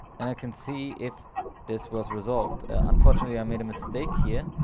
and i can see if this was resolved. unfortunately, i made a mistake here,